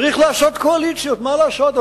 צריך לעשות קואליציות, מה לעשות?